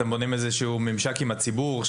אתם בונים איזשהו ממשק עם הציבור?